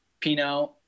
Pinot